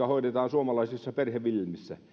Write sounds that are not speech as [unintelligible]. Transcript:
[unintelligible] hoidetaan suomalaisilla perheviljelmillä